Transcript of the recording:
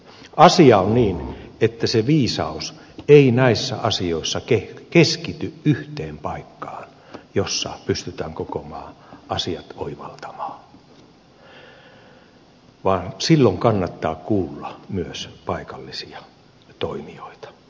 asia on niin että se viisaus ei näissä asioissa keskity yhteen paikkaan jossa pystytään koko maan asiat oivaltamaan vaan silloin kannattaa kuulla myös paikallisia toimijoita